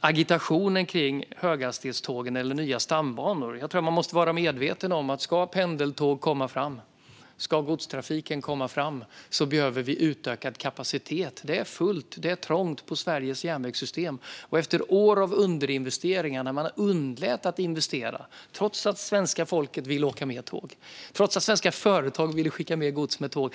agitationen gällande höghastighetståg eller nya stambanor. Jag tror att man måste vara medveten om att vi, om pendeltåg och godstrafik ska komma fram, behöver utökad kapacitet. Det är fullt och trångt i Sveriges järnvägssystem. Vi har år av underinvesteringar bakom oss, när man lät bli att investera trots att svenska folket ville åka mer tåg och svenska företag ville skicka mer gods med tåg.